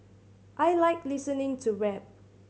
I like listening to rap